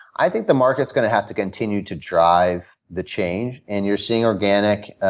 i think the market's going to have to continue to drive the change. and you're seeing organic